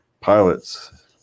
pilots